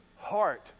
heart